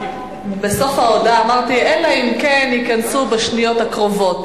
בסוף ההודעה אמרתי: אלא אם כן ייכנסו בשניות הקרובות.